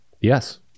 Yes